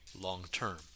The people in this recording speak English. long-term